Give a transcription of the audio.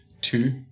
Two